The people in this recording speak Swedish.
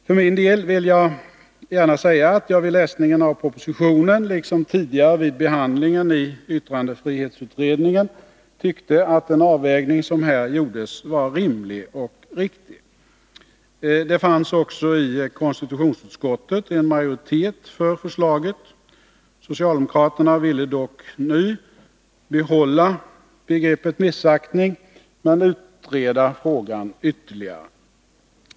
För min del vill jag gärna säga att jag vid läsningen av propositionen, liksom tidigare vid behandlingen i yttrandefrihetsutredningen, tyckte att den avvägning som här gjordes var rimlig och riktig. Det fanns också i konstitutionsutskottet en majoritet för förslaget. Socialdemokraterna ville dock nu bibehålla begreppet missaktning men utreda frågan ytterligare.